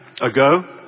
ago